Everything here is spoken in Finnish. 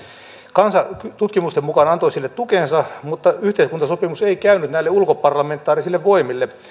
kansa tutkimusten mukaan antoi sille tukensa mutta yhteiskuntasopimus ei käynyt näille ulkoparlamentaarisille voimille